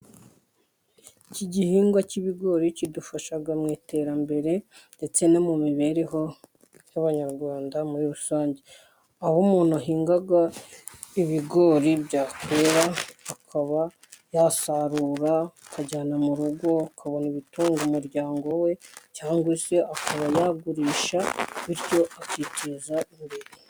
Iki gihingwa cy'ibigori kidufasha mu iterambere ndetse no mu mibereho y'Abanyarwanda muri rusange, aho umuntu ahinga ibigori byakwera akaba yasarura akajyana mu rugo akabona ibitunga umuryango we, cyangwa se akaba yagurisha bityo akiteza imbere.